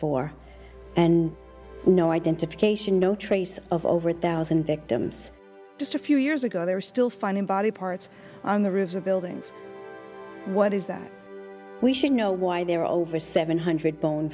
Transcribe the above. for and no identification no trace of over a thousand victims just a few years ago they're still finding body parts on the roofs of buildings what is that we should know why there are over seven hundred bone